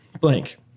blank